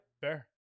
Fair